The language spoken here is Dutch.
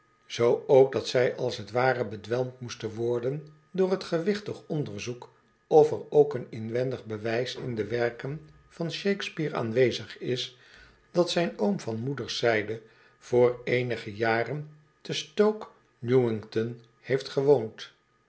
zoo ook dat zij als t ware bedwelmd moesten worden door t gewichtig onderzoek of er ook een inwendig bewijs in de werken van shakespeare aanwezig is dat zijn oom van moederzijde voor eenige jaren te stoke newingtonheeftgewoond